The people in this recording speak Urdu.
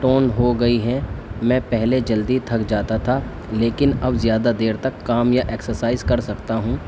ٹون ہو گئی ہیں میں پہلے جلدی تھک جاتا تھا لیکن اب زیادہ دیر تک کام یا ایکسرسائز کر سکتا ہوں